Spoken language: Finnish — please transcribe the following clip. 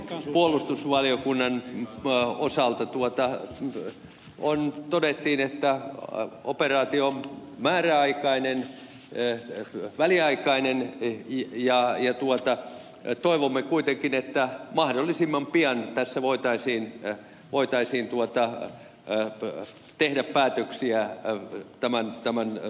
puolustusvaliokunnan osalta todettiin että operaatio on määräaikainen väliaikainen ja toivomme kuitenkin että mahdollisimman pian tässä voitaisiin tehdä päätöksiä tämän operaation alentamisesta